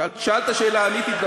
שאלת שאלה, עניתי.